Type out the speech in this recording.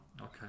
Okay